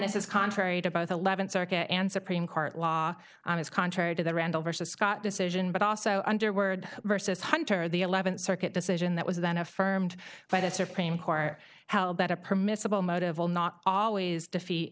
this is contrary to both the eleventh circuit and supreme court law is contrary to the randall versus scott decision but also under word versus hunter the eleventh circuit decision that was then affirmed by the supreme court held that a permissible motive will not always defeat